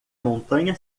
montanha